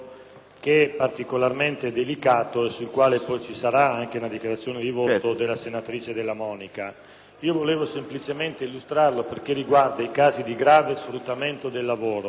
che è particolarmente delicato e sul quale poi svolgerà una dichiarazione di voto la senatrice Della Monica, vorrei illustrarlo perché riguarda i casi di grave sfruttamento del lavoro.